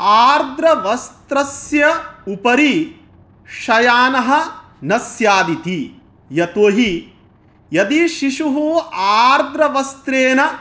आर्द्रवस्त्रस्य उपरि शयानः न स्यादिति यतो हि यदि शिशुः आर्द्रवस्त्रेण